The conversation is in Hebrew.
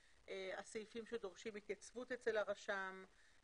הסעיפים שדורשים התייצבות אצל הרשם,